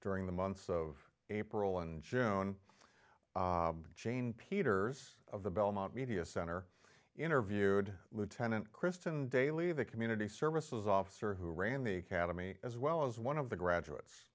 during the months of april and june jane peters of the belmont media center interviewed lieutenant kristen daly the community services officer who ran the academy as well as one of the graduates